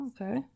okay